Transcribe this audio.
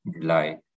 July